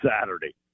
Saturday